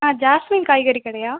ஆ jasmine காய்கறி கடையா